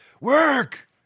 Work